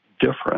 different